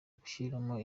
gushyiramo